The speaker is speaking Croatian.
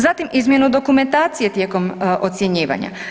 Zatim izmjenu dokumentacije tijekom ocjenjivanja.